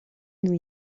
new